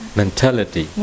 mentality